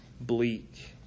bleak